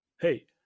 Hey